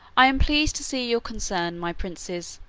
i am pleased to see your concern, my princes,